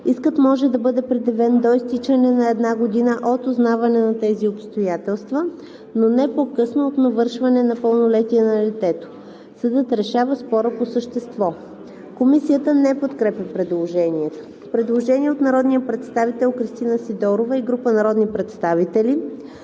искът може да бъде предявен до изтичане на една година от узнаване на тези обстоятелства, но не по-късно от навършване на пълнолетие на детето. Съдът решава спора по същество.“ Комисията не подкрепя предложението. Предложение на народния представител Кристина Сидорова и група народни представители: